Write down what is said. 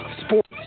sports